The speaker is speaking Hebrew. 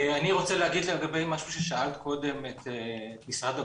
אני רוצה להגיד לגבי משהו ששאלת קודם את משרד הבריאות.